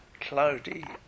cloudy